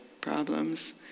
problems